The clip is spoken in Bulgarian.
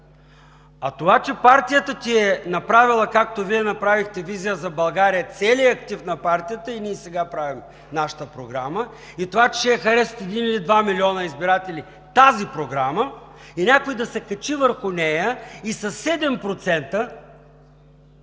А това, че партията ти е направила, както Вие направихте „Визия за България“, целият актив на партията, и ние сега правим нашата програма – това, че тази програма ще я харесат един или два милиона избиратели и някой да се качи върху нея и със 7%